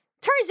Turns